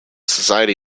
society